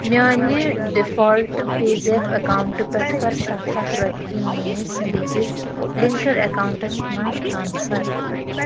میانہِ default PayZapp account پٮ۪ٹھٕ کَر سَتھ ہَتھ رۄپیہِ میٲنِس بیٚکِس لنکٕڈ اٮ۪کاونٹَس منٛز ٹرٛانسفر